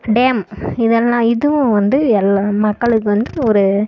dam இதெல்லாம் இதுவும் வந்து எல்லா மக்களுக்கு வந்து ஒரு